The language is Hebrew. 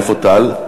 איפה טל?